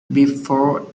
before